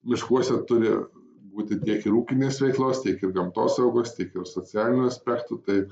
miškuose turi būti tiek ir ūkinės veiklos tiek ir gamtosaugos tiek ir socialinių aspektų tai